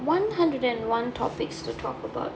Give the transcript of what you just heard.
one hundred and one topics to talk about